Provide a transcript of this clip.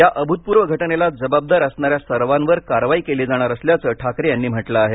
या अभूतपूर्व घटनेला जबाबदार असणाऱ्या सर्वांवर कारवाई केली जाणार असल्याचं ठाकरे यांनी म्हटलं आहे